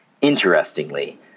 Interestingly